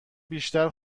بیشتر